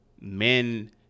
men